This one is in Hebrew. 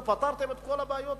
עכשיו פתרתם את כל הבעיות החברתיות?